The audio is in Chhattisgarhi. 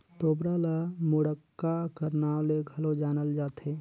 तोबरा ल मुड़क्का कर नाव ले घलो जानल जाथे